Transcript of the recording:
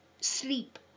sleep